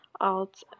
out